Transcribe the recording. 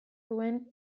duen